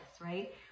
right